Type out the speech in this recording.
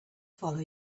follow